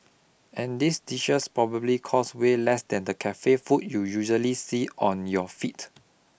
and these dishes probably cost way less than the cafe food you usually see on your feet